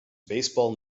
baseball